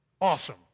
Awesome